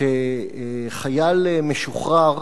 שחייל משוחרר